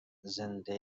زنده